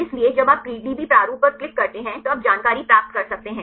इसलिए जब आप पीडीबी प्रारूप पर क्लिक करते हैं तो आप जानकारी प्राप्त कर सकते हैं